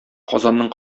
казанның